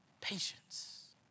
patience